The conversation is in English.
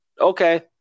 okay